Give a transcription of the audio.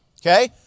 Okay